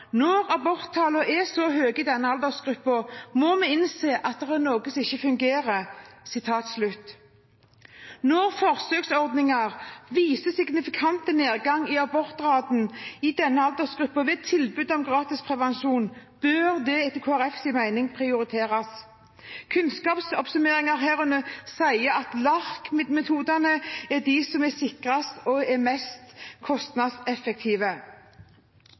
Når aborttall er så høye i den aldersgruppen, må vi innse at det er noe som ikke fungerer. Når forsøksordninger viser signifikant nedgang i abortraten i denne aldersgruppen ved tilbud om gratis prevensjon, bør det etter Kristelig Folkepartis mening prioriteres. Kunnskapsoppsummeringen herunder sier at LARC-metodene er de som er sikrest og mest kostnadseffektive.